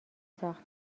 ساخت